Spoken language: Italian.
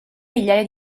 migliaia